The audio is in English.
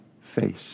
face